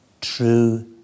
true